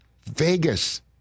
Vegas